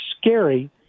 scary